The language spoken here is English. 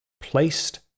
placed